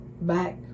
back